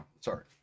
sorry